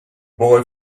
boy